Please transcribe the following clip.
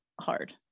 hard